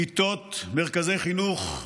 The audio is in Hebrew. כיתות מרכזי חינוך,